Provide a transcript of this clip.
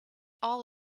all